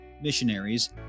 missionaries